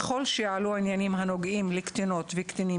ככל שיעלו עניינים הנוגעים לקטינות וקטינים,